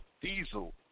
diesel